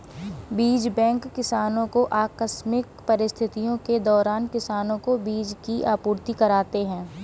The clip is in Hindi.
बीज बैंक किसानो को आकस्मिक परिस्थितियों के दौरान किसानो को बीज की आपूर्ति कराते है